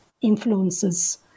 influences